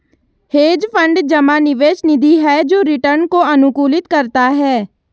hedge fund जमा निवेश निधि है जो रिटर्न को अनुकूलित करता है